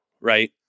right